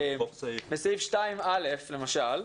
תקנת משנה 2(א) למשל,